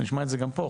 נשמע את זה גם פה,